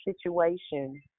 situation